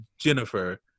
Jennifer